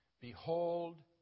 Behold